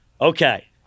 okay